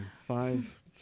five